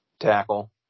tackle